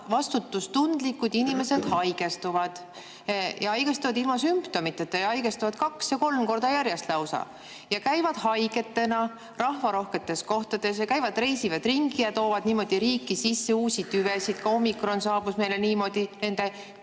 vastutustundlikud inimesed haigestuvad, haigestuvad ilma sümptomiteta ja haigestuvad lausa kaks-kolm korda järjest. Nad käivad haigetena rahvarohketes kohtades, reisivad ringi ja toovad niimoodi riiki sisse uusi tüvesid. Ka omikron saabus meile niimoodi nende